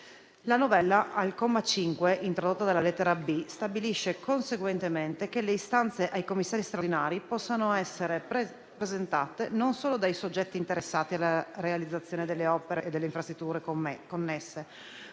La novella al comma 5, introdotta dalla lettera *b)*, stabilisce conseguentemente che le istanze ai Commissari straordinari possano essere presentate non solo dai soggetti interessati alla realizzazione delle opere e delle infrastrutture connesse,